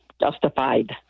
justified